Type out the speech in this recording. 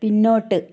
പിന്നോട്ട്